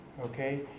Okay